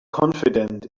confident